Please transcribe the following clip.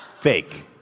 Fake